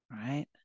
right